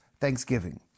Thanksgiving